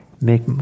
make